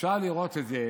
אפשר לראות את זה